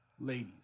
Ladies